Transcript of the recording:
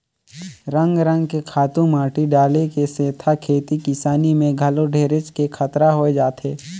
रंग रंग के खातू माटी डाले के सेथा खेती किसानी में घलो ढेरेच के खतरा होय जाथे